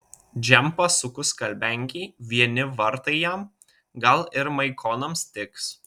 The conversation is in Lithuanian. džempą suku skalbenkėj vieni vartai jam gal ir maikonams tiks